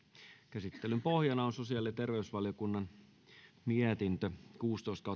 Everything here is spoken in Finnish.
käsittelyn pohjana on sosiaali ja terveysvaliokunnan mietintö kuusitoista